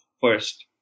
first